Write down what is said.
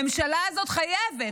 הממשלה הזאת חייבת,